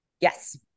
yes